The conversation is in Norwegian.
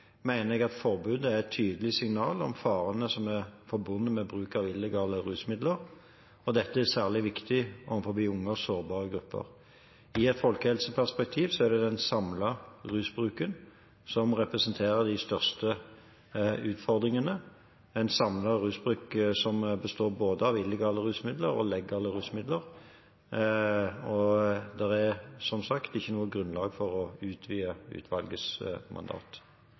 er et tydelig signal om farene som er forbundet med bruk av illegale rusmidler, og dette er særlig viktig overfor unge og sårbare grupper. I et folkehelseperspektiv er det den samlede rusbruken som representerer de største utfordringene, en samlet rusbruk som består av både illegale rusmidler og legale rusmidler, og det er som sagt ikke noe grunnlag for å utvide utvalgets mandat.